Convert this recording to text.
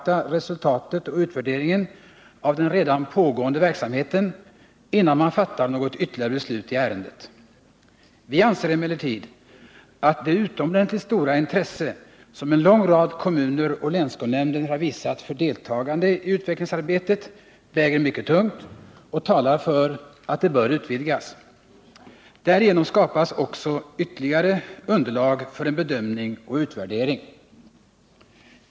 avvakta resultatet och utvärderingen av den redan pågående verksamheten, m.m. innan man fattar något ytterligare beslut i ärendet. Vi anser emellertid att det utomordentligt stora intresse som en lång rad kommuner och länskolnämnder har visat för deltagande i utvecklingsarbetet väger mycket tungt och talar för att det bör utvidgas. Därigenom skapas också ytterligare underlag för en bedömning och en utvärdering.